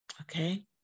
okay